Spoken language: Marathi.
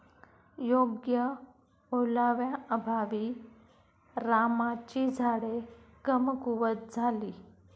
योग्य ओलाव्याअभावी रामाची झाडे कमकुवत झाली